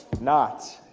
not